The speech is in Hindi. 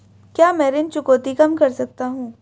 क्या मैं ऋण चुकौती कम कर सकता हूँ?